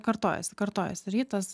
kartojasi kartojasi rytas